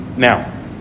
Now